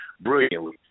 brilliantly